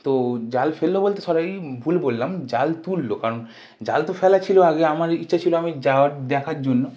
তো জাল ফেললো বলতে সরি ভুল বললাম জাল তুললো কারণ জাল তো ফেলা ছিলো আগে আমার ইচ্ছা ছিলো আমি যাওয়ার দেখার জন্য